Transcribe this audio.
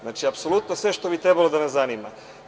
Znači, apsolutno sve što bi trebalo da nas zanima.